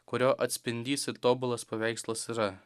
kurio atspindys ir tobulas paveikslas yra